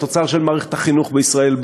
בתוצר של מערכת החינוך בישראל,